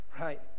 Right